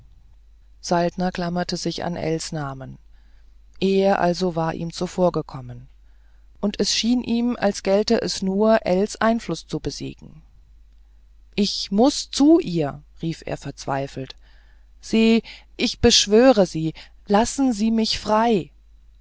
saltner klammerte sich an ells namen er also war ihm zuvorgekommen und es erschien ihm als gelte es nur ells einfluß zu besiegen ich muß zu ihr rief er verzweifelt se ich beschwöre sie lassen sie mich frei